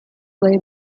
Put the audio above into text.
lay